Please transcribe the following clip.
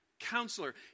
counselor